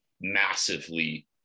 massively